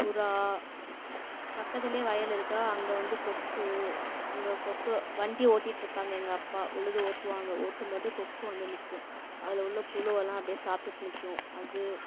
புறா பக்கத்துலேயே வயல் இருக்கு அங்கே வந்து கொக்கு அங்கே கொக்கு வண்டியை ஓட்டிட்டுருப்பாங்க எங்கள் அப்பா உழுது ஓட்டுவாங்க ஓட்டும் போது கொக்கு வந்து நிற்கும் அதில் உள்ள புழுவெல்லாம் அப்படியே சாப்பிட்டுட்டு நிற்கும் அது